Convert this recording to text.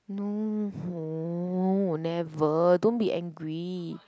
no never don't be angry